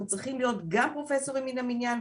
צריכים להיות גם פרופסורים מן המניין,